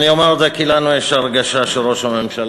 אני אומר את זה כי לנו יש הרגשה שראש הממשלה